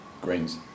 Grains